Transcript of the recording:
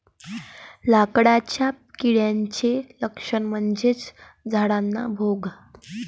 लाकडाच्या किड्याचे लक्षण म्हणजे झाडांना भोक